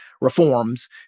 reforms